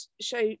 show